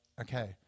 okay